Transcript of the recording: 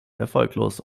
erfolglos